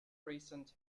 recent